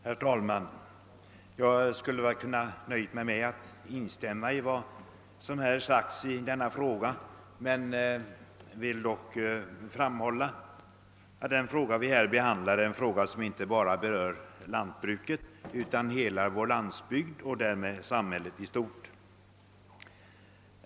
Herr talman! Jag skulle kunna vara nöjd med vad som hittills sagts i den här frågan men vill dock framhålla att den inte bara berör lantbruket utan hela vår landsbygd och därmed samhället i stort.